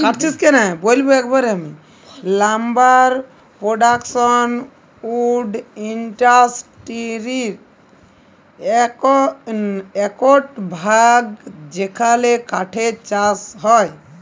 lumber production wood ইন্ডাসটিরির একট ভাগ যেখালে কাঠের চাষ হয়